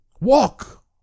walk